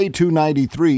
K293